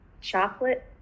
Chocolate